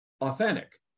authentic